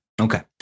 Okay